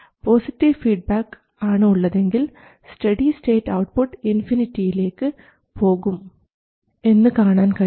positive feedback ആണ് ഉള്ളതെങ്കിൽ steady state output ഇൻഫിനിറ്റിയിലേക്ക് പോകും എന്ന് കാണാൻ കഴിയും